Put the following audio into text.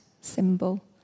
symbol